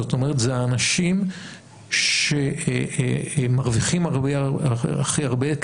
זאת אומרת אלה אנשים שמרוויחים הכי הרבה,